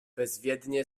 bezwiednie